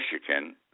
Michigan